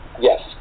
yes